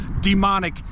demonic